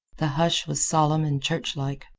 the hush was solemn and churchlike,